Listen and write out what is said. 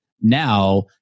now